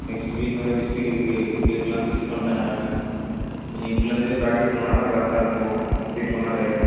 next week வந்து district இருக்குது டேட்லாம் ஃபிக்ஸ் பண்ணிட்டாங்க நீங்கள் இப்போலந்தே பிராக்ட்டிஸ் பண்ணால் தான் கரெக்டாக இருக்கும் அப்படி சொன்னார்